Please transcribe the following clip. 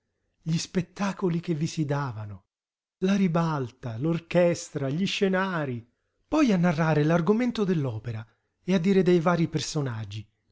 gli spettacoli che vi si davano la ribalta l'orchestra gli scenarii poi a narrare l'argomento dell'opera e a dire dei varii personaggi